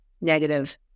negative